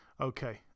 okay